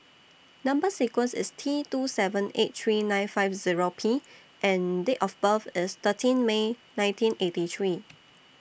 Number sequence IS T two seven eight three nine five Zero P and Date of birth IS thirteen May nineteen eighty three